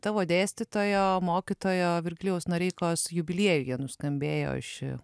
tavo dėstytojo mokytojo virgilijaus noreikos jubiliejuje nuskambėjo ši